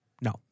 No